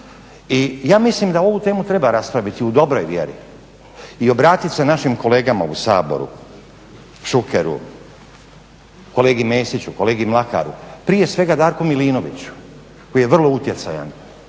I ja mislim da ovu temu treba raspraviti u dobroj vjeri i obratiti se našim kolegama u Saboru, Šukeru, kolegi Mesiću, kolegi Mlakaru, prije svega Darku Milinoviću koji je vrlo utjecajan